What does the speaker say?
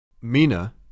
Mina